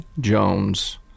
Jones